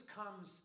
comes